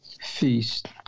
feast